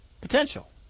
potential